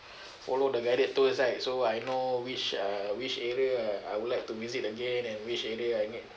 follow the guided tours right so I know which uh which area I would like to visit again and which area I need